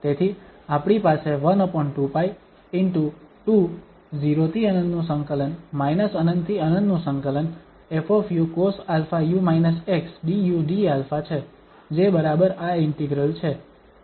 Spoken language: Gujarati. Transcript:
તેથી આપણી પાસે 12π ✕ 2 0∫∞ ∞∫∞ 𝑓cosαu−x du dα છે જે બરાબર આ ઇન્ટિગ્રલ છે